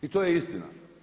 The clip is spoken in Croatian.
I to je istina.